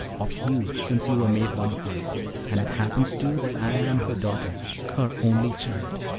of you since you were made one of us and it happens, too, that i am her daughter her only child.